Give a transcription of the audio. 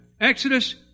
Exodus